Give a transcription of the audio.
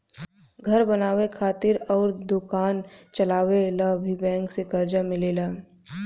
घर बनावे खातिर अउर दोकान चलावे ला भी बैंक से कर्जा मिलेला